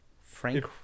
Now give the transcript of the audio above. Frank